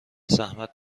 زحمت